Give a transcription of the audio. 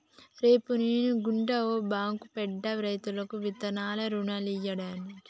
రేపు నేను గుడ ఓ బాంకు పెడ్తా, రైతులకు మిత్తిలేని రుణాలియ్యడానికి